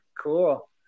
Cool